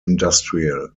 industrial